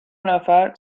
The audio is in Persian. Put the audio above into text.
نفر